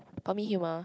for me humour